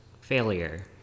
failure